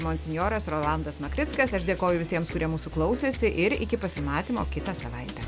monsinjoras rolandas makrickas aš dėkoju visiems kurie mūsų klausėsi ir iki pasimatymo kitą savaitę